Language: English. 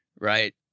right